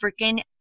freaking